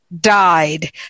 died